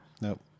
Nope